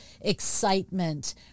excitement